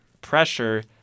pressure